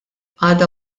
għadha